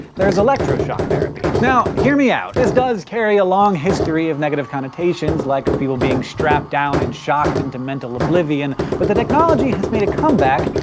there's electro-shock therapy. now, hear me out, this does carry a long history of negative connotations, like of people being strapped down and shocked into mental oblivion, but the technology has made a comeback,